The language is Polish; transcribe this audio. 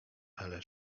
elę